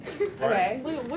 Okay